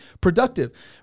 productive